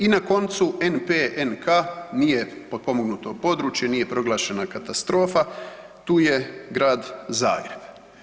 I na koncu NPNK nije potpomognuto područje, nije proglašena katastrofa tu je Grad Zagreb.